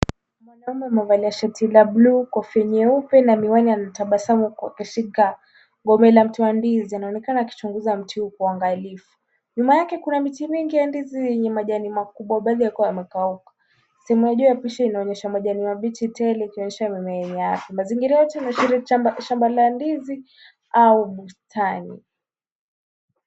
Mwanaume amevalia shati la buluu, shati nyeupe na naona anatabasamu kwa kushika gombe la mti ndizi. Anaonekana akichunguza ndizi kwa uangalifu. Nyuma yake kuna miti mingi hii ya ndizi na majani makubwa baadhi yakiwa yamekauka. Sehemu ya juu ya pishe inaonyesha majani mabishi tele, ikionyesha meno zao Mazingira yote inaashiri shamba ya ndizi au bustani.